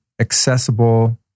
accessible